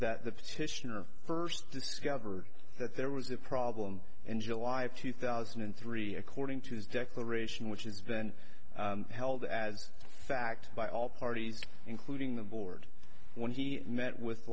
petitioner first discover that there was a problem in july of two thousand and three according to his declaration which has been held as fact by all parties including the board when he met with